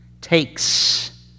takes